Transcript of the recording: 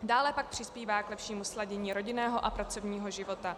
Dále pak přispívá k lepšímu sladění rodinného a pracovního života.